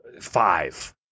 five